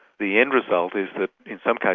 the end result is that, in some cases,